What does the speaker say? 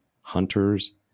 hunters